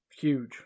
huge